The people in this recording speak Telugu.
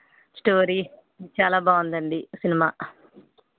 స్టోరీ చాలా బాగుందండి సినిమా